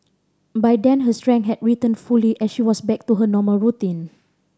by then her strength had returned fully and she was back to her normal routine